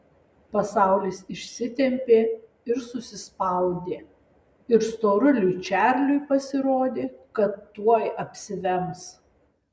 pasaulis išsitempė ir susispaudė ir storuliui čarliui pasirodė kad tuoj apsivems